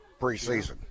Preseason